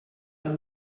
del